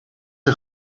een